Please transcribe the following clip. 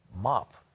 mop